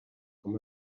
com